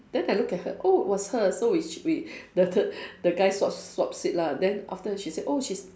then I look at her oh it was her so we we the the the guy swap swap seat lah then after that she said oh she's